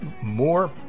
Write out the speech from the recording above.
more